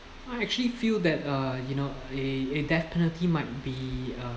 I actually feel that uh you know a a death penalty might be uh